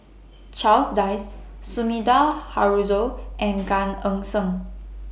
Charles Dyce Sumida Haruzo and Gan Eng Seng